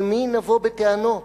אל מי נבוא בטענות?